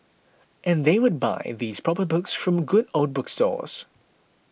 and they would buy these proper books from good old bookstores